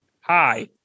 Hi